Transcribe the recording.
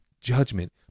judgment